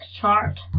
chart